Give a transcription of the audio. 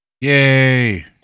Yay